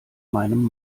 meinem